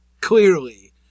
clearly